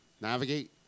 navigate